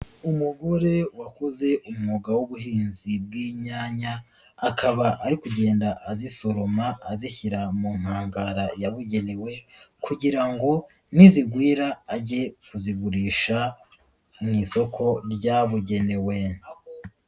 Umugore wakoze umwuga w'ubuhinzi bw'inyanya, akaba ari kugenda azisoroma, azishyira mu nkangara yabugenewe kugira ngo nizigwira ajye kuzigurisha mu isoko ryabugenewe.